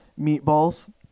meatballs